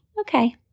okay